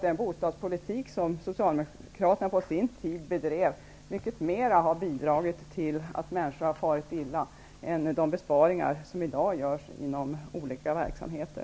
Den bostadspolitik som Socialdemokraterna på sin tid bedrev har bidragit mycket mera till att människor har farit illa än de besparingar som i dag görs inom olika verksamheter.